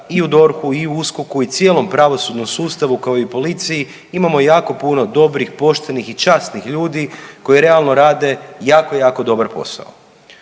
i u DORH-u i u USKOK-u i cijelom pravosudnom sustavu kao i u policiji imamo jako puno dobrih, poštenih i časnih ljudi koji realno rade jako, jako dobar posao.